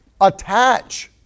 attach